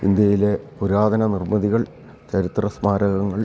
ഇന്ത്യയിലെ പുരാതന നിർമ്മിതികൾ ചരിത്ര സ്മാരകങ്ങൾ